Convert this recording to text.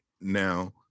now